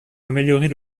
améliorer